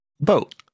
boat